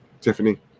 tiffany